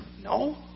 No